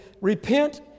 repent